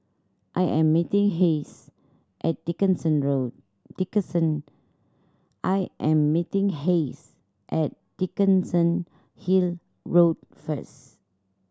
I am meeting Hayes at Dickenson Road Dickenson I am meeting Hayes at Dickenson Hill Road first